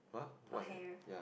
her hair